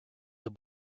the